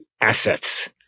assets